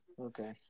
Okay